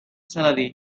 salary